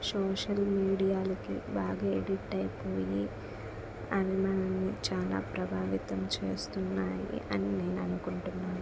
social మీడియాలకి బాగా addict అయిపోయి అవి మనల్ని చాలా ప్రభావితం చేస్తున్నాయి అని నేను అనుకుంటున్నాను